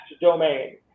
domain